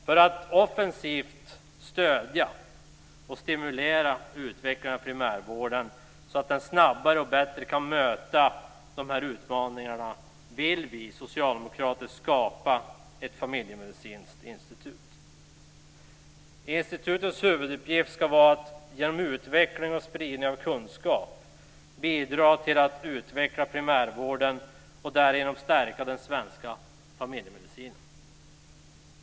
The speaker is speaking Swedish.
För att offensivt stödja och stimulera utvecklingen av primärvården, så att den snabbare och bättre kan möta de här utmaningarna, vill vi socialdemokrater skapa ett familjemedicinskt institut. Institutets huvuduppgift ska vara att genom utveckling och spridning av kunskap bidra till att utveckla primärvården och därigenom stärka den svenska familjemedicinen.